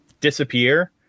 disappear